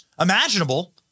imaginable